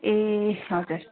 ए हजुर